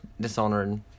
Dishonored